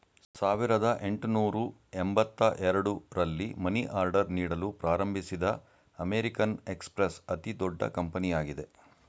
ಸಾವಿರದ ಎಂಟುನೂರು ಎಂಬತ್ತ ಎರಡು ರಲ್ಲಿ ಮನಿ ಆರ್ಡರ್ ನೀಡಲು ಪ್ರಾರಂಭಿಸಿದ ಅಮೇರಿಕನ್ ಎಕ್ಸ್ಪ್ರೆಸ್ ಅತಿದೊಡ್ಡ ಕಂಪನಿಯಾಗಿದೆ